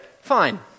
fine